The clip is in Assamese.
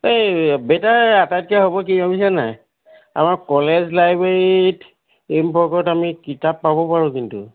এই বেটাৰ আটাইতকৈ হ'ব কি জানিছা নাই আমাৰ কলেজ লাইব্ৰেৰীত এই সম্পৰ্কত আমি কিতাপ পাব পাৰোঁ কিন্তু